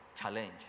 challenge